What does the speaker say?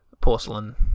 porcelain